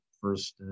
first